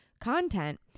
content